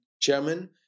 chairman